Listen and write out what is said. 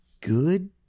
good